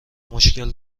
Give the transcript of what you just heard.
مشکل